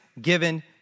given